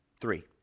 Three